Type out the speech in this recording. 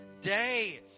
day